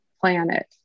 planet